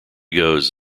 goes